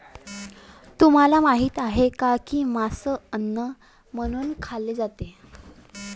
तुम्हाला माहित आहे का की मांस अन्न म्हणून खाल्ले जाते?